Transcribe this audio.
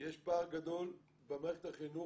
יש פער גדול במערכת החינוך,